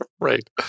Right